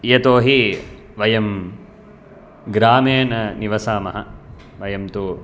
यतोहि वयं ग्रामे न निवसामः वयं तु